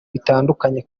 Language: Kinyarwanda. bitandukanye